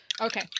okay